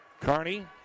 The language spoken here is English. Carney